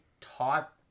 taught